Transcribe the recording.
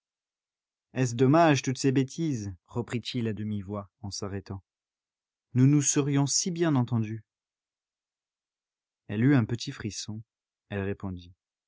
est-ce dommage toutes ces bêtises reprit-il à demi-voix en s'arrêtant nous nous serions si bien entendus elle eut un petit frisson elle répondit